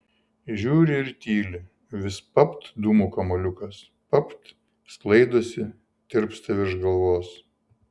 žiūri ir tyli vis papt dūmų kamuoliukas papt sklaidosi tirpsta virš galvos